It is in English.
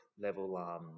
level